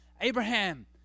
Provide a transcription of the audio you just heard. Abraham